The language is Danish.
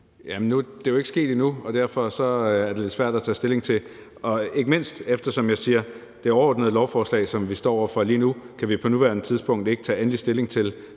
Jamen det er jo ikke sket endnu, og derfor er det lidt svært at tage stilling til, ikke mindst, som jeg siger, eftersom vi ikke på nuværende tidspunkt kan tage endelig stilling til